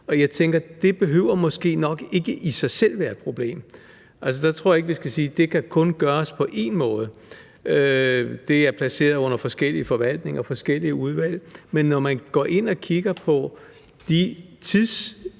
og jeg tænker, at det behøver måske nok ikke i sig selv at være et problem. Altså, der tror jeg ikke, vi skal sige: Det kun kan gøres på én måde. Det er placeret under forskellige forvaltninger og forskellige udvalg, men når man går ind og kigger på de tidsforløb,